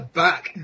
back